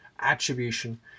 attribution